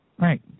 Right